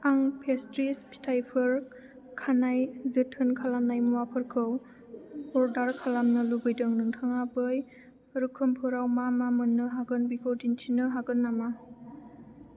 आं पेस्त्रिस फिथाइफोर खानाय जोथोन खालामनाय मुवाफोरखौ अर्डार खालामनो लुबैदों नोंथाङा बै रोखोमफोराव मा मा मोन्नो हागोन बेखौ दिन्थिनो हागोन नामा